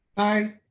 aye,